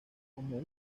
como